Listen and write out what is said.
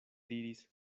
diris